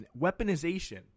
weaponization